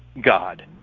god